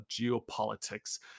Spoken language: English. geopolitics